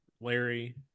Larry